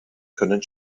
können